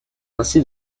ainsi